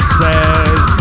says